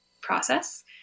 process